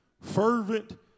fervent